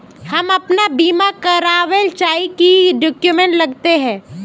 हम अपन बीमा करावेल चाहिए की की डक्यूमेंट्स लगते है?